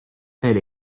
elle